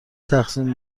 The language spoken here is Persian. تقسیم